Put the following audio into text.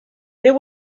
there